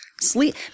sleep